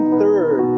third